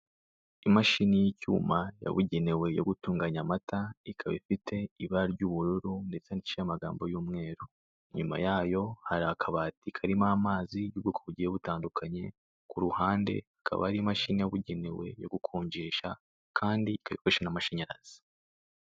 Imashini y'icyuma yabugenewe yo gutunganya amata, ikaba ifite ibara ry'ubururu ndetse yandikishijeho amagambo y'umweru, inyuma yayo hari akabati karimo amazi y'ubwoko bugiye butandukanye, ku ruhande akaba ari imashini bugenewe yo gukonjesha kandi ikaba ikoreshwa n'amashanyarazi.